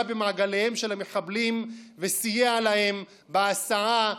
במעגליהם של המחבלים וסייע להם בהסעה,